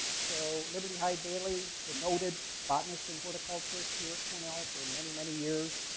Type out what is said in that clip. so liberty hyde bailey, the noted botanist and horticulturist here at cornell for many, many years,